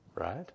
Right